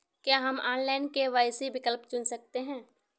क्या हम online KYC का विकल्प चुन सकते हैं?